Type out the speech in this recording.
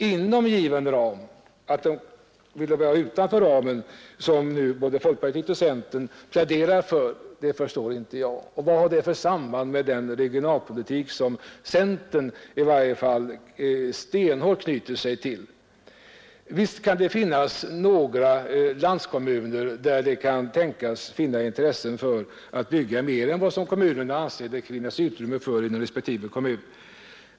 Att man vill lägga småhusen utanför ramen — det pläderar nu både folkpartiet och centerpartiet för — förstår jag inte. Vad har det för samband med den regionalpolitik som i varje fall centerpartiet stenhårt binder sig för? Visst kan det i några landskommuner finnas intresse för att bygga mer än vad kommunerna anser att det finns utrymme för i respektive kommun.